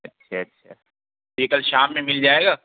اچھا اچھا یہ کل شام میں مل جائے گا